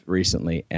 recently